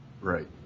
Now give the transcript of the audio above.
right